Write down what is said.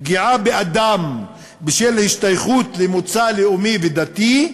פגיעה באדם בשל השתייכות למוצא לאומי" ודתי,